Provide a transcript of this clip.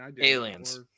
Aliens